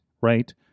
right